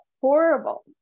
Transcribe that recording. horrible